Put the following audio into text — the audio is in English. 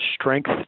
strength